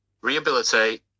rehabilitate